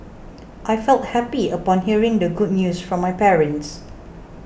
I felt happy upon hearing the good news from my parents